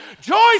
Joy